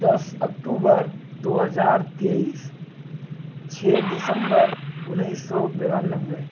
دس اکٹوبر دو ہزار تیئیس چھ دسمبر انیس سو بیانوے